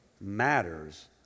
matters